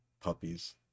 puppies